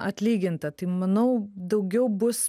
atlyginta tai manau daugiau bus